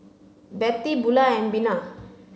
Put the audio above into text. Bettie Bula and Bina